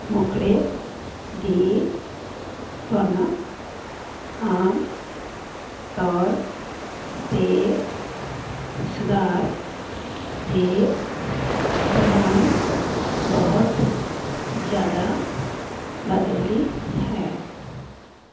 ਮੁੱਖੜੇ ਦੀ ਧੁਨ ਆਮ ਤੌਰ 'ਤੇ ਸੁਧਾਰ ਦੇ ਦੌਰਾਨ ਬਹੁਤ ਜ਼ਿਆਦਾ ਬਦਲਦੀ ਹੈ